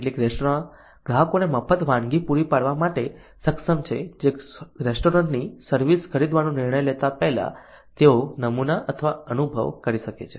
કેટલીક રેસ્ટોરાં ગ્રાહકોને મફત વાનગી પૂરી પાડવા માટે સક્ષમ છે જે રેસ્ટોરન્ટની સર્વિસ ખરીદવાનો નિર્ણય લેતા પહેલા તેઓ નમૂના અથવા અનુભવ કરી શકે છે